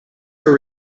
your